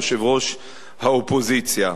יושב-ראש האופוזיציה.